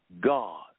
God